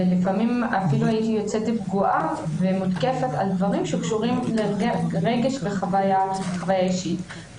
ולפעמים אפילו יצאתי פגועה ומותקפת על דברים שקשורים לרגש וחוויה אישית,